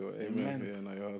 amen